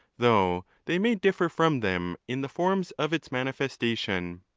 though they may differ from them in the forms of its manifestation.